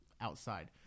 outside